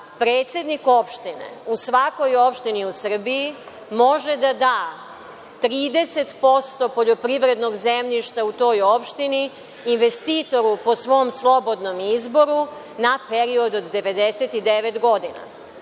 predsednik opštine u svakoj opštini u Srbiji može da da 30% poljoprivrednog zemljišta u toj opštini investitoru po svom slobodnom izboru na period od 99 godina.